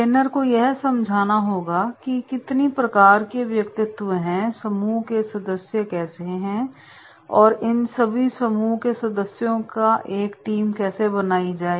trainer को यह समझना होगा कि कितनी प्रकार के व्यक्तित्व हैंसमूह के सदस्य कैसे हैऔर इन सभी समूह के सदस्यों को एक टीम कैसे बनाई जाए